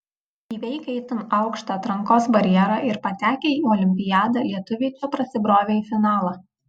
įveikę itin aukštą atrankos barjerą ir patekę į olimpiadą lietuviai čia prasibrovė į finalą